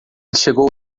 chegou